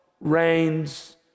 reigns